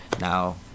now